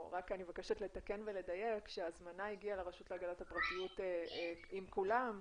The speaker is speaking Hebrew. מבקשת לתקן ולדייק שההזמנה הגיעה לרשות להגנת הפרטיות עם כולם,